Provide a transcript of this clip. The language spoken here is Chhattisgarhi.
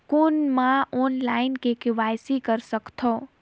कौन मैं ऑनलाइन के.वाई.सी कर सकथव?